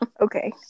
okay